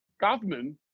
Government